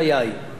לפי דעתי,